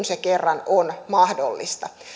se kerran on mahdollista